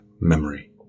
memory